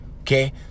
okay